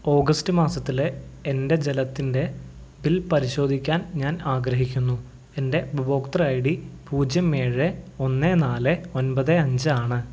August മാസത്തിലെ എൻ്റെ ജലത്തിൻ്റെ ബിൽ പരിശോധിക്കാൻ ഞാൻ ആഗ്രഹിക്കുന്നു എൻ്റെ ഉപഭോക്തൃ ഐ ഡി പൂജ്യം ഏഴ് ഒന്ന് നാല് ഒൻമ്പത് അഞ്ച് ആണ്